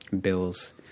Bill's